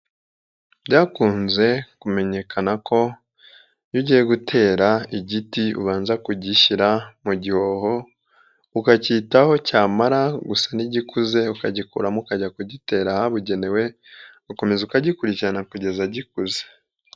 Byakunze kumenyekana ko iyo ugiye gutera igiti ubanza kugishyira mu gihoho, ukakitaho cyamara gusa n'igikuze ukagikuramo ukajya kugitera ahabugenewe, ugakomeza ukagikurikirana kugeza gikuze.